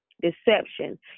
deception